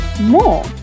more